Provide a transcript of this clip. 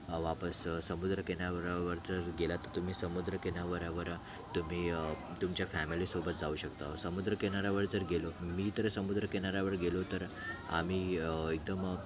वापस समुद्रकिनाऱ्यावर जर गेलात तुम्ही समुद्र किना वरावरा तुम्ही तुमच्या फॅमिलीसोबत जाऊ शकता समुद्रकिनाऱ्यावर जर गेलो मी तर समुद्रकिनाऱ्यावर गेलो तर आम्ही इथं मग